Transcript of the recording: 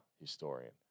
historian